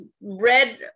red